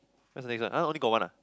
what's the next one !huh! only got one ah